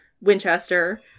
winchester